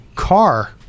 Car